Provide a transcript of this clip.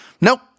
Nope